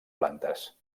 plantes